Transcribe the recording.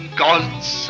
gods